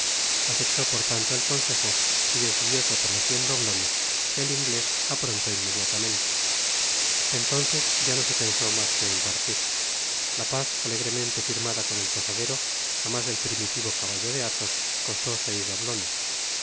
aceptó por tanto el consejo y decidióse por los cien doblones que el inglés aprontó inmediatamente y entonces ya no se pensó mas que en partir la paz alegremente firmada con el posadero á mas del primitivo caballo de athos costó seis doblones